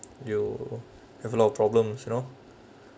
you have a lot of problems you know